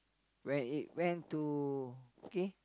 where it went to okay